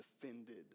defended